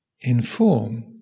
inform